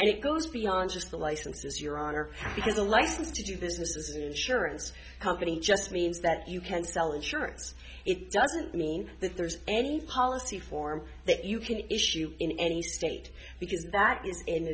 and it goes beyond just the licenses your honor because a license to do business as an insurance company just means that you can sell insurance it doesn't mean that there's any policy form that you can issue in any state because that is